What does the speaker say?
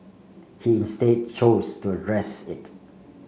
he instead chose to address it